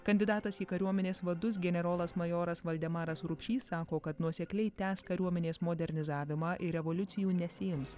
kandidatas į kariuomenės vadus generolas majoras valdemaras rupšys sako kad nuosekliai tęs kariuomenės modernizavimą ir revoliucijų nesiims